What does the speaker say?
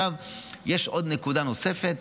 יש נקודה נוספת,